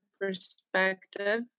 perspective